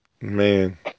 Man